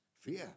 fear